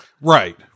Right